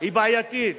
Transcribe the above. היא בעייתית: